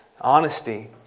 Honesty